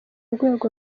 rwego